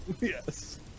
Yes